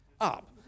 up